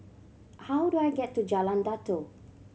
how do I get to Jalan Datoh